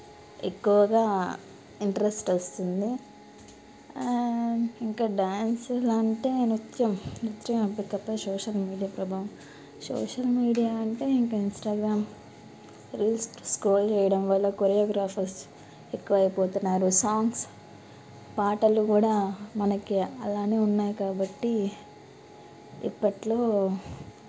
ఎక్కువగా ఇంట్రెస్ట్ వస్తుంది ఇంకా డ్యాన్సులు అంటే నృత్యం నృత్యం ఎంపికపై సోషల్ మీడియా ప్రభావం సోషల్ మీడియా అంటే ఇంకా ఇన్స్టాగ్రామ్ రీల్స్ స్క్రోల్ చెయ్యయడం వల్ల కొరియోగ్రాఫర్స్ ఎక్కువైపోతున్నారు సాంగ్స్ పాటలు కూడా మనకి అలానే ఉన్నాయి కాబట్టి ఇప్పట్లో